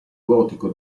gotico